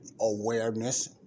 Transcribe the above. awareness